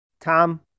Tom